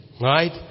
right